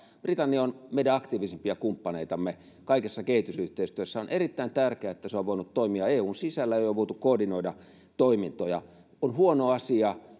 britannia on meidän aktiivisimpia kumppaneitamme kaikessa kehitysyhteistyössä on erittäin tärkeää että se on voinut toimia eun sisällä ja on voitu koordinoida toimintoja on huono asia